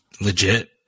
legit